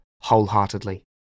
wholeheartedly